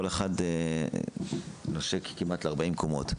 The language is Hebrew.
כל אחד נושק כמעט ל-40 קומות.